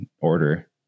order